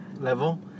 level